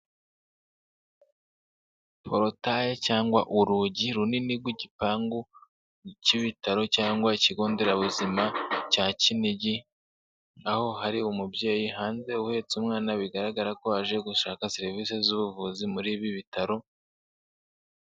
Porotayi cyangwa urugi runini rw'igipangu cy'ibitaro cyangwa ikigo nderabuzima cya Kinigi, aho hari umubyeyi hanze uhetse umwana bigaragara ko aje gushaka serivisi z'ubuvuzi muri ibi bitaro.